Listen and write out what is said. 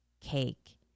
cake